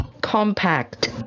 Compact